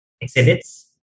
exhibits